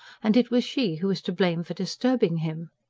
and it was she who was to blame for disturbing him!